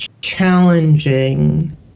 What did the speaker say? challenging